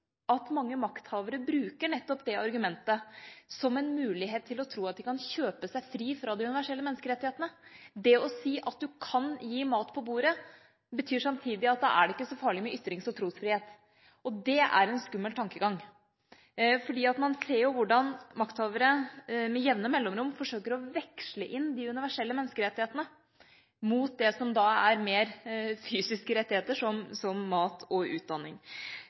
at mange makthavere tror de kan bruke nettopp det argumentet som en mulighet til å kjøpe seg fri fra de universelle menneskerettighetene. Det å si at du kan gi mat på bordet betyr samtidig at da er det ikke så farlig med ytrings- og trosfrihet, og det er en skummel tankegang. Man ser jo hvordan makthavere med jevne mellomrom forsøker å veksle inn de universelle menneskerettighetene mot mer fysiske rettigheter som mat og utdanning.